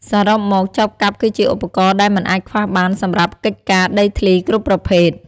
សរុបមក ចបកាប់គឺជាឧបករណ៍ដែលមិនអាចខ្វះបានសម្រាប់កិច្ចការដីធ្លីគ្រប់ប្រភេទ។